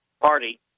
Party